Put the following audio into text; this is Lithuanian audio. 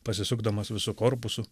pasisukdamas visu korpusu